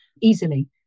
easily